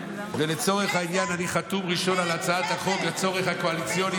ולצורך העניין אני חתום ראשון על הצעת החוק לצורך הקואליציוני,